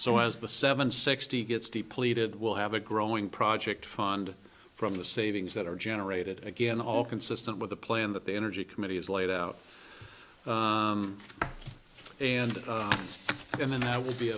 so as the seven sixty gets depleted we'll have a growing project fund from the savings that are generated again all consistent with the plan that the energy committee has laid out and in and i will be